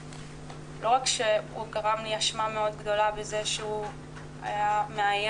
לא רק שהוא גרם לי אשמה מאוד ג דולה בזה שהוא היה מאיים